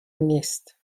نیست